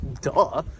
Duh